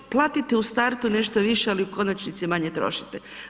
Platite u startu nešto više, ali u konačnici manje trošite.